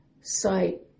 site